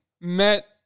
met